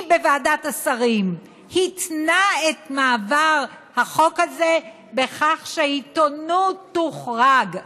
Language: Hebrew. מי בוועדת השרים התנה את מעבר החוק הזה בכך שעיתונות תוחרג.